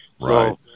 Right